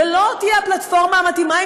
ולא תהיה הפלטפורמה המתאימה,